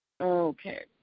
Okay